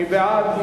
מי בעד?